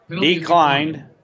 Declined